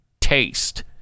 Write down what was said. taste